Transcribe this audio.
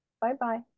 Bye-bye